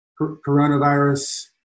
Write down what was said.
coronavirus